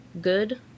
good